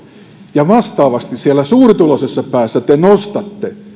ja vastaavasti siellä suurituloisessa päässä te nostatte